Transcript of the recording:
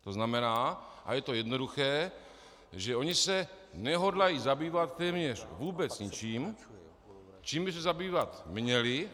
To znamená, a je to jednoduché, že oni se nehodlají zabývat téměř vůbec ničím, čím by se zabývat měli.